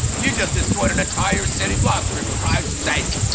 you just destroyed an entire city block for christ's sake.